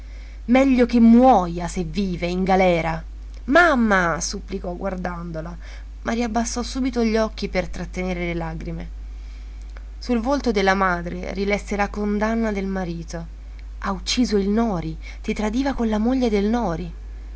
meglio che muoja se vive in galera mamma supplicò guardandola ma riabbassò subito gli occhi per trattenere le lagrime sul volto della madre rilesse la condanna del marito ha ucciso il nori ti tradiva con la moglie del nori